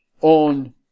on